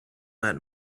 that